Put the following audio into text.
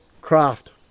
craft